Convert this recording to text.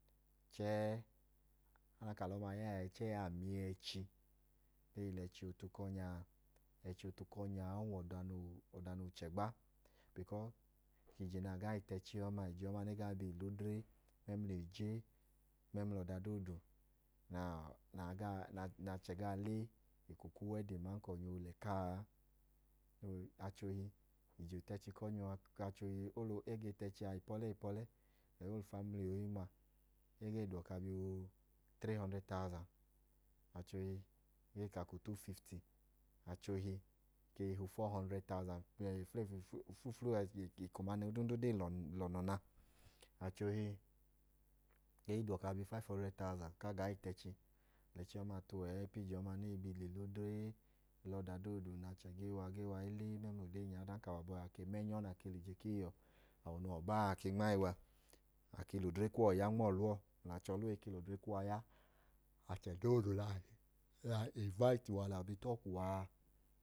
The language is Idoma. Chẹẹ, ọdanka a lẹ ọma ya ẹẹ chẹẹ amiyẹ ẹchi o hile ẹchi ootu ku ọnya a, ẹchi ootu ku ọnya a, o wẹ ọda ọchegba. Bikọs, ije nẹ a ga i tu ẹchi ọma gaa wẹ ije nẹ egaa i le odre, m la eje mẹmla ọda doodu na, aa gaa le eko ku uwẹdir aman ka ọnya oole ku aa a. Achohi, ije ku echi ootu ku achẹ ohi, ege tu echi a ipọlẹ ipọlẹ. E gee duwọ ka a bi trii họndrẹd taọʒan. Achẹ ohi gee ka ku tuu fifti. Achẹ ohi, e i hi uf introdọshọn họndrẹd tauʒan ofiyẹ duu eko nya nẹ ọla oduudu odee lọnọ a. Achẹ ohi ke i da uwọ ka awọ gaa bi ufaif họndrẹd tauʒan ka ga i miyẹ ẹchi. Ọma tu ẹẹ ọma nẹ achẹ gaa wa gaa le le odre, la ọdadoodu mẹẹ a. Ọdanka awọ abọhiyuwọ a ke ma ẹnyọ nẹ a ke le ije ku iyuwọ, awọ noo we ọbaa, ake nma i wa, a ke le ọdre kuwọ ya nma ọlẹ uwọ mla achẹ ọlẹ uwọ, e ke lẹ odre kuwaya. Achẹ doodu nẹ a imvaiti nẹ a bi ta ọkwu wa a.